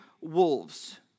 wolves